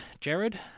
Jared